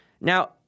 Now